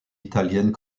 italiennes